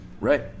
Right